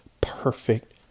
perfect